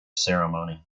ceremony